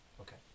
Okay